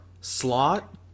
slot